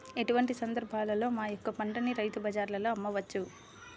ఎటువంటి సందర్బాలలో మా యొక్క పంటని రైతు బజార్లలో అమ్మవచ్చు?